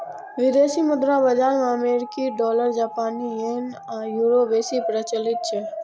विदेशी मुद्रा बाजार मे अमेरिकी डॉलर, जापानी येन आ यूरो बेसी प्रचलित छै